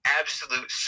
absolute